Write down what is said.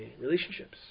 relationships